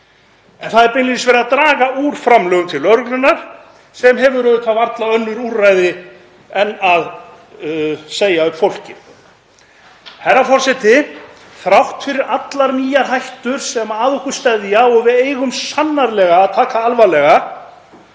En það er beinlínis verið að draga úr framlögum til lögreglunnar sem hefur varla önnur úrræði en að segja fólki upp. Herra forseti. Þrátt fyrir allar nýjar hættur sem að okkur steðja, og við eigum sannarlega að taka alvarlega,